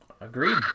Agreed